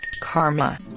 karma